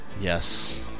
Yes